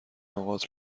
لغات